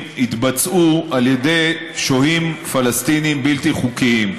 התבצעו על ידי שוהים פלסטינים בלתי חוקיים.